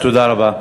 תודה רבה.